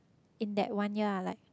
in that one year I like